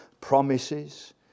promises